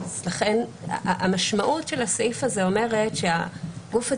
לכן המשמעות של הסעיף הזה אומרת שהגוף הציבורי,